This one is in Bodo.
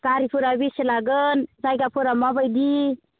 गारिफोरा बेसे लागोन जायफोरा माबायदि